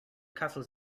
castles